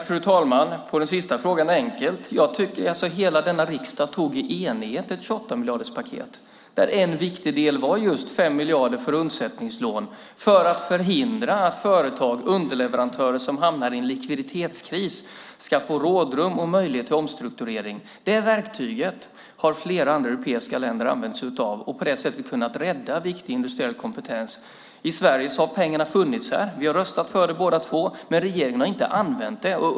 Fru talman! På den sista frågan är svaret enkelt: Hela denna riksdag tog i enighet beslut om ett 28-miljarderspaket, där en viktig del var just 5 miljarder för undsättningslån för att se till att företag och underleverantörer som hamnar i en likviditetskris ska få rådrum och möjlighet till omstrukturering. Detta verktyg har flera andra europeiska länder använt sig av och på det sättet kunnat rädda viktig industriell kompetens. I Sverige har pengarna funnits där - vi har röstat för det båda två - men regeringen har inte använt dem.